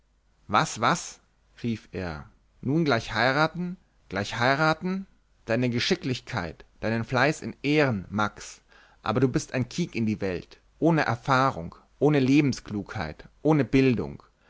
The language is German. was was rief er nun gleich heiraten gleich heiraten deine geschicklichkeit deinen fleiß in ehren max aber du bist ein kiek in die welt ohne erfahrung ohne lebensklugheit ohne bildung